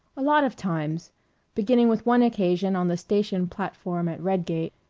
a lot of times beginning with one occasion on the station platform at redgate.